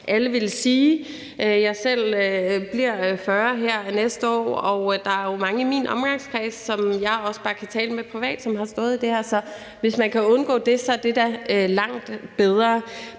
alle ville sige. Jeg selv bliver 40 her næste år, og der er jo mange i min omgangskreds, som jeg taler med privat, og som har stået i det her. Så hvis man kan undgå det, er det da langt bedre.